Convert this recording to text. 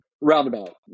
Roundabout